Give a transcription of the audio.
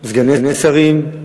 סגני שרים.